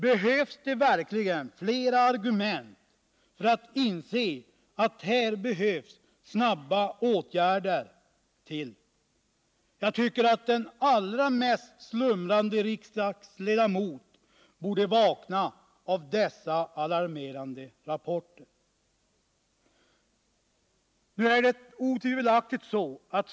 Behövs det verkligen flera argument för att inse att här behövs snabba åtgärder? Jag tycker att den allra mest slumrande riksdagsledamot borde vakna av dessa alarmerande rapporter.